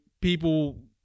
people